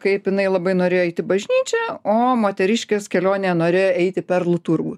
kaip jinai labai norėjo eit į bažnyčią o moteriškės kelionėje norėjo eiti į perlų turgų